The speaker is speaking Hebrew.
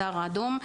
הסהר האדום.